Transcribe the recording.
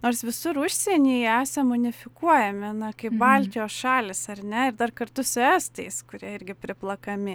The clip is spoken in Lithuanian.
nors visur užsienyje esam unifikuojami na kaip baltijos šalys ar ne ir dar kartu su estais kurie irgi priplakami